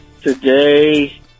Today